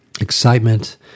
excitement